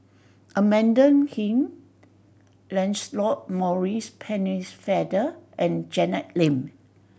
Amanda Heng Lancelot Maurice Pennefather and Janet Lim